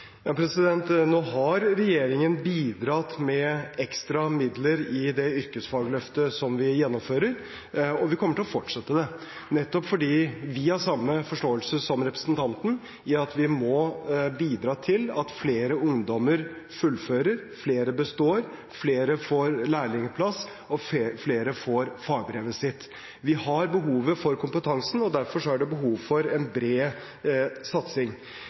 Nå har regjeringen bidratt med ekstra midler i det yrkesfagløftet som vi gjennomfører, og vi kommer til å fortsette – nettopp fordi vi har samme forståelse som representanten, at vi må bidra til at flere ungdommer fullfører, flere består, flere får lærlingplass og flere får fagbrev. Vi har behov for kompetansen, og derfor er det behov for en bred satsing.